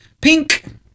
pink